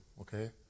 okay